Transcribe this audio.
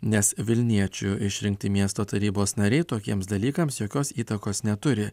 nes vilniečių išrinkti miesto tarybos nariai tokiems dalykams jokios įtakos neturi